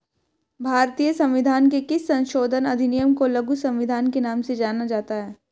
भारतीय संविधान के किस संशोधन अधिनियम को लघु संविधान के नाम से जाना जाता है?